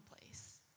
place